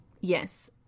Yes